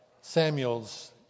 Samuel's